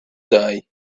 day